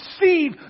receive